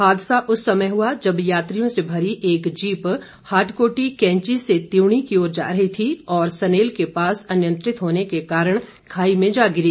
हादसा उस समय हुआ जब यात्रियों से भरी एक जीप हाटकोटी कैंची से त्यूणी की ओर जा रही थी और सनेल के पास अनियंत्रित होने के कारण खाई में जा गिरी